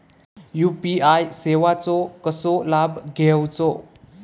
UPI सेवाचो कसो लाभ घेवचो?